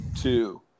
two